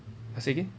say again